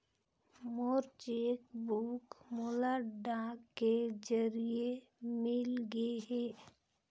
मोर cheque book मोला डाक के जरिए मिलगे हे